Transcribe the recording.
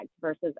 versus